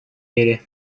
мире